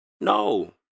No